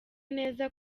neza